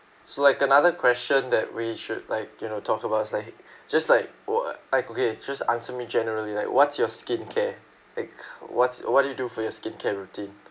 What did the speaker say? so like another question that we should like you know talk about is like just like uh okay just answer me generally like what's your skin care like what's what do you do for your skincare routine